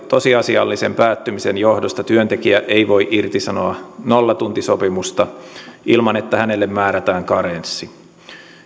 tosiasiallisen päättymisen johdosta työntekijä ei voi irtisanoa nollatuntisopimusta ilman että hänelle määrätään karenssi